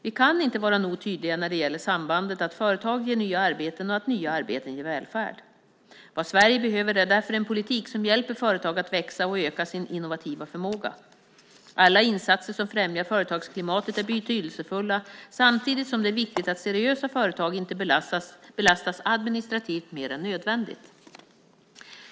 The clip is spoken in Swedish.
Vi kan inte vara nog tydliga när det gäller sambandet att företag ger nya arbeten och att nya arbeten ger välfärd. Vad Sverige behöver är därför en politik som hjälper företag att växa och öka sin innovativa förmåga. Alla insatser som främjar företagsklimatet är betydelsefulla samtidigt som det är viktigt att seriösa företag inte belastas administrativt mer än nödvändigt.